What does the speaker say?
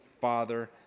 father